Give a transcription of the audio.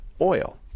oil